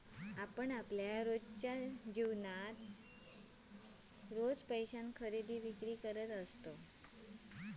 आपण दैनंदिन जीवनात पैशान खरेदी विक्री करत असतव